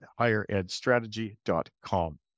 higheredstrategy.com